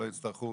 שלא יצטרכו,